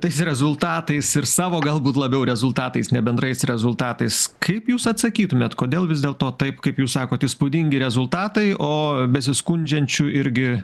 tais rezultatais ir savo galbūt labiau rezultatais ne bendrais rezultatais kaip jūs atsakytumėt kodėl vis dėlto taip kaip jūs sakot įspūdingi rezultatai o besiskundžiančių irgi